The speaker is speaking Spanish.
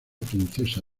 princesa